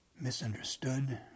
misunderstood